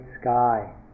sky